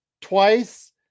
twice